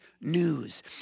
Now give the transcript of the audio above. news